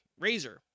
Razer